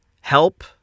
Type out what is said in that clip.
help